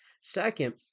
Second